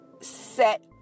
set